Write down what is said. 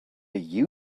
you